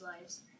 lives